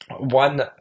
One